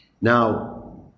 Now